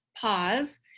pause